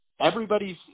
everybody's